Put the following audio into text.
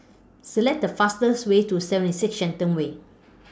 Select The fastest Way to seven six Shenton Way